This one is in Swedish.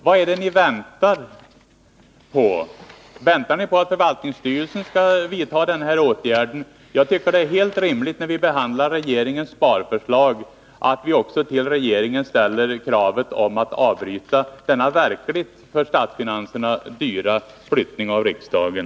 Vad är det ni väntar på? Väntar ni på att förvaltningsstyrelsen skall vidta några åtgärder? Jag tycker att det är helt rimligt att när vi behandlar regeringens sparförslag också till regeringen ställa krav på att avbryta denna för statsfinanserna verkligt dyra flyttning av riksdagen.